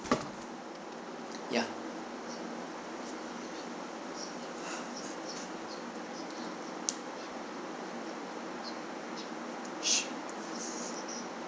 ya su~